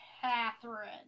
Catherine